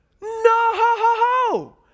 No